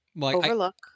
overlook